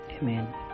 Amen